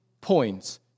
points